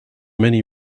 many